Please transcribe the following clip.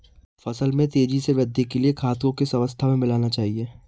फसल में तेज़ी से वृद्धि के लिए खाद को किस अवस्था में मिलाना चाहिए?